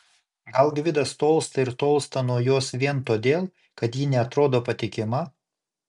gal gvidas tolsta ir tolsta nuo jos vien todėl kad ji neatrodo patikima